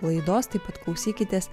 laidos taip pat klausykitės